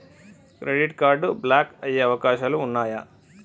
Credit card block అయ్యే అవకాశాలు ఉన్నయా?